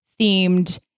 themed